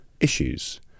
issues